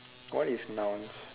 what is nouns